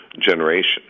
generation